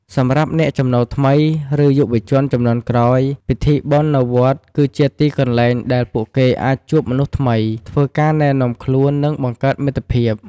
សម្រាប់អ្នកចំណូលថ្មី ឬយុវជនជំនាន់ក្រោយ ពិធីបុណ្យនៅវត្តគឺជាទីកន្លែងដែលពួកគេអាចជួបមនុស្សថ្មី ធ្វើការណែនាំខ្លួន និងបង្កើតមិត្តភាព។